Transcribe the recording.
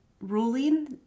ruling